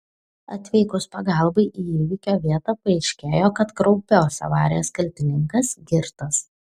atvykus pagalbai į įvykio vietą paaiškėjo kad kraupios avarijos kaltininkas girtas